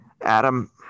Adam